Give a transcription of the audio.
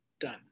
done